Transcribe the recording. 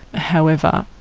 however,